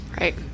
Right